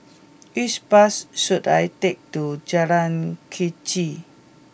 which bus should I take to Jalan Kechil